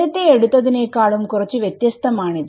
നേരത്തെ എടുത്ത തിനെക്കാളും കുറച്ചു വ്യത്യസ്തമാണിത്